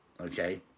okay